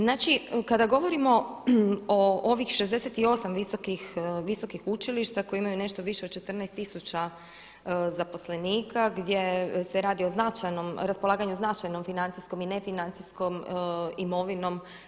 Znači, kada govorimo o ovih 68 visokih učilišta koji imaju nešto više od 14000 zaposlenika, gdje se radi o značajnom, raspolaganju značajnom financijskom i nefinancijskom imovinom.